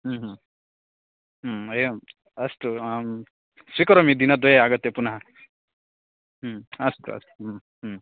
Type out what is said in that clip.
एवम् अस्तु आम् स्वीकरोमि दिनद्वये आगत्य पुनः अस्तु अस्तु